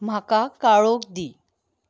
म्हाका काळोख दी